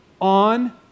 on